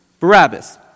Barabbas